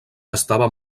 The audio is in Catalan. estava